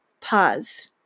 Pause